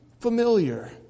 familiar